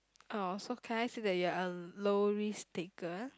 oh so can I say that you're a low risk taker